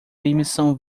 emissão